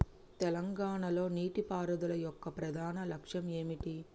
తెలంగాణ లో నీటిపారుదల యొక్క ప్రధాన లక్ష్యం ఏమిటి?